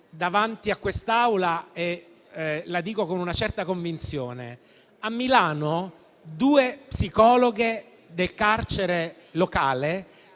davanti a quest'Assemblea e con una certa convinzione: a Milano due psicologhe del carcere locale